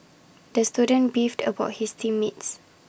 the student beefed about his team mates